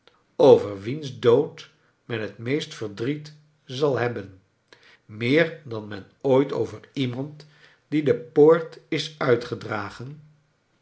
over wiens dood men het meest verdriet zal hebben meer dan men ooit over iemand die de poort is uitgedrakleine